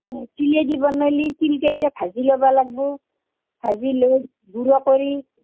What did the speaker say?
অঁ তিলেই দি বনালে তিলকেটা ভাজি ল'বা লাগিব ভাজি লৈ গুড়া কৰি